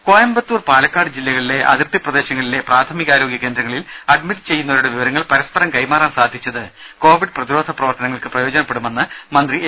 രുദ കോയമ്പത്തൂർ പാലക്കാട് ജില്ലകളിലെ അതിർത്തി പ്രദേശങ്ങളിലെ പ്രാഥമികാരോഗ്യ കേന്ദ്രങ്ങളിൽ അഡ്മിറ്റ് ചെയ്യുന്നവരുടെ വിവരങ്ങൾ പരസ്പരം കൈമാറാൻ സാധിച്ചത് കോവിഡ് പ്രതിരോധ പ്രവർത്തനങ്ങൾക്ക് പ്രയോജനപ്പെടുമെന്ന് മന്ത്രി എ